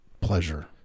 pleasure